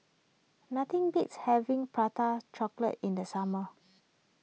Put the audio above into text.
nothing beats having Prata Chocolate in the summer